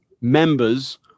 members